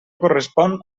correspon